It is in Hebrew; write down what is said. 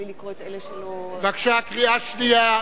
בבקשה, קריאה שנייה.